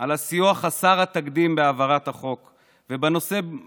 על הסיוע חסר התקדים בהעברת החוק ובכללי.